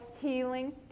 healing